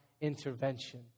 intervention